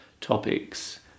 topics